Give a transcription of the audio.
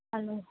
hello